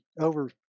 over